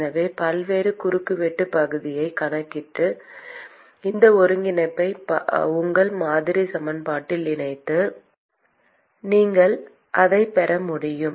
எனவே பல்வேறு குறுக்குவெட்டுப் பகுதியைக் கணக்கிட்டு இந்த ஒருங்கிணைப்பை உங்கள் மாதிரி சமன்பாட்டில் இணைத்து நீங்கள் அதைப் பெற முடியும்